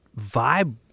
vibe